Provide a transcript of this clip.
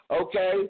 okay